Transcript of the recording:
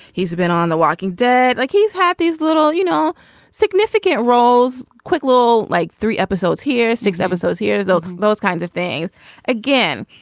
he's been on the walking dead. like he's had these little you know significant roles. quick little like three episodes here six episodes here. so all those kinds of things again.